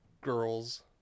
girls